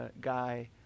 guy